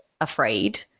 afraid